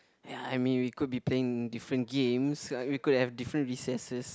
ya I mean we could be playing different games we could have different recesses